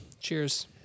Cheers